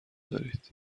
دارید